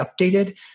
updated